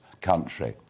country